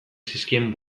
zizkien